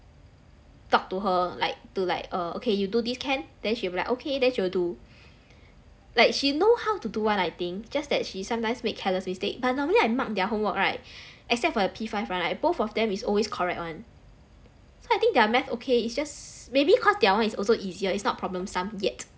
talk to her like to like err okay you do this can then she will like okay then she will do like she know how to do [one] I think just that she sometimes make careless mistake but normally I mark their homework right except for P five [one] right both of them is always correct [one] so I think their math okay it's just maybe cause their [one] is also easier it's not problem sum yet